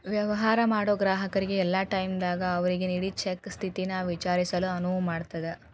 ವ್ಯವಹಾರ ಮಾಡೋ ಗ್ರಾಹಕರಿಗೆ ಯಲ್ಲಾ ಟೈಮದಾಗೂ ಅವ್ರಿಗೆ ನೇಡಿದ್ ಚೆಕ್ ಸ್ಥಿತಿನ ವಿಚಾರಿಸಲು ಅನುವು ಮಾಡ್ತದ್